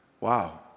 Wow